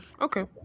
Okay